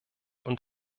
und